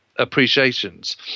Appreciations